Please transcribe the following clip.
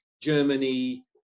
germany